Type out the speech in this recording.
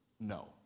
no